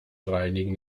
reinigen